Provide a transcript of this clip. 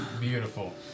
Beautiful